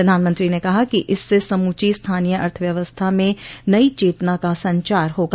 प्रधानमंत्री ने कहा कि इससे समूची स्थानीय अर्थव्यवस्था में नई चेतना का संचार होगा